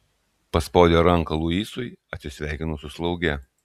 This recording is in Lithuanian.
paspaudė ranką luisui atsisveikino su slauge